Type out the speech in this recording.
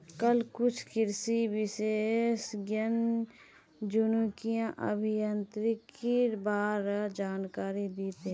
कल कुछ कृषि विशेषज्ञ जनुकीय अभियांत्रिकीर बा र जानकारी दी तेक